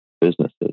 businesses